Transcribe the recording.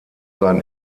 sein